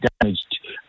damaged